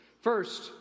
First